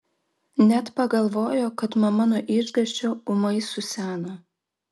net pagalvojo kad mama nuo išgąsčio ūmai suseno